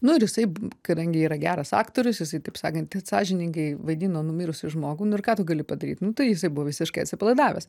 nu ir jisai kadangi yra geras aktorius jisai taip sakant sąžiningai vaidino numirusį žmogų nu ir ką tu gali padaryt nu tai jisai buvo visiškai atsipalaidavęs